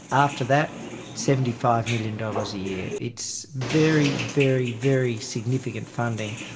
after, that seventy five million dollars a year. it's very, very, very significant funding,